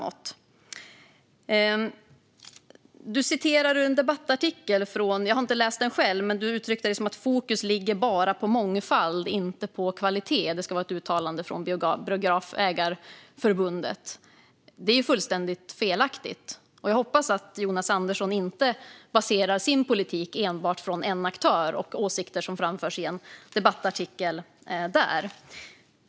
Jonas Andersson citerar ur en debattartikel. Jag har själv inte läst den. Han uttrycker det som att fokus ligger enbart på mångfald, inte på kvalitet. Det ska vara ett uttalande från Sveriges Biografägareförbund. Det påståendet är fullständigt felaktigt, och jag hoppas att Jonas Andersson inte baserar sin politik enbart på åsikter från en aktör som framförs i en debattartikel.